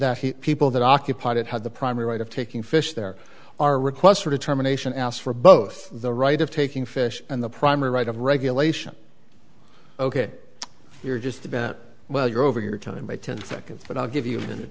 that people that occupied it had the primary right of taking fish there are requests for determination asked for both the right of taking fish and the primary right of regulation ok you're just about well you're over your time by ten seconds but i'll give you a